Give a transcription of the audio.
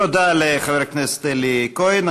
תודה לחבר הכנסת אלי כהן.